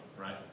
right